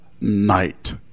night